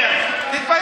תתבייש.